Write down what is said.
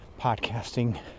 podcasting